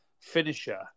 finisher